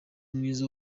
mwiza